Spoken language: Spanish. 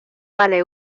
vale